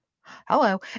hello